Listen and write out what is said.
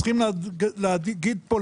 צריכים להגיד פה,